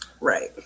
Right